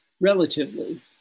relatively